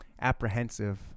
apprehensive